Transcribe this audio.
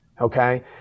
okay